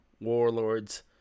Warlords